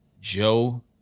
Joe